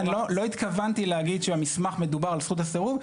לא התכוונתי להגיד שהמסמך מדבר על זכות הסירוב.